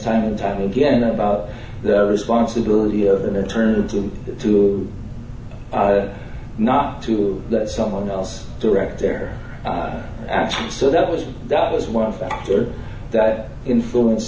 time and time again about the responsibility of an intern to to not to let someone else direct their actions so that was that was one thing that influence